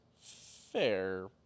fair